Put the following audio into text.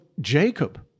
Jacob